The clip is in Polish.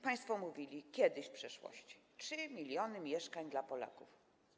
Państwo mówili kiedyś, w przeszłości: 3 mln mieszkań dla Polaków.